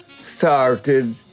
started